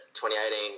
2018